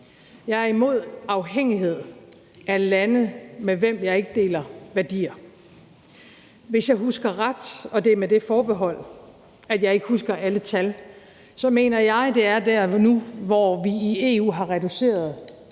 Jeg er imod afhængighed af lande, med hvem jeg ikke deler værdier. Hvis jeg husker ret, og det er med det forbehold, at jeg ikke husker alle tal, mener jeg, at vi er der nu, hvor vi i EU har reduceret